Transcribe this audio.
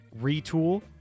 retool